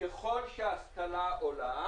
ככל שהאבטלה עולה,